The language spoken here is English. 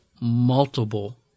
multiple